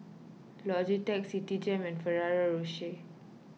Logitech Citigem and Ferrero Rocher